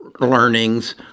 learnings